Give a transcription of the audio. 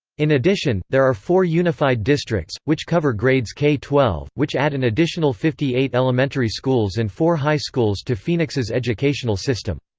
in addition, there are four unified districts, which cover grades k twelve, which add an additional fifty eight elementary schools and four high schools to phoenix's educational system.